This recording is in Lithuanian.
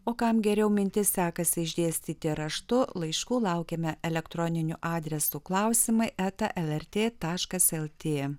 o kam geriau mintis sekasi išdėstyti raštu laiškų laukiame elektroniniu adresu klausimai eta lrt taškas lt